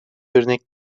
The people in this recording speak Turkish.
örnek